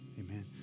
Amen